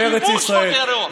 הכיבוש הוא טרור.